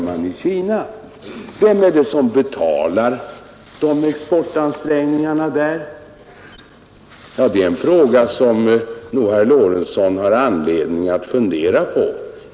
Och vem är det som betalar exportansträngningarna där? Det är en fråga som herr Lorentzon bör ha anledning att fundera över.